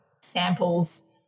samples